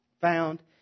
found